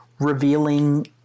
revealing